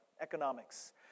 economics